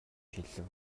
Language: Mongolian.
хэлэв